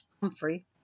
Humphrey